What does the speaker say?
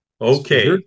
Okay